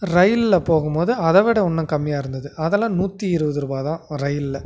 ரயிலில் போகும்போது அதைவிட இன்னும் கம்மியாக இருந்தது அதெலாம் நூற்றி இருபதுரூவாதான் ரயிலில்